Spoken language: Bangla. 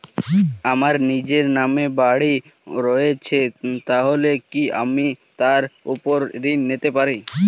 আমার নিজের নামে বাড়ী রয়েছে তাহলে কি আমি তার ওপর ঋণ পেতে পারি?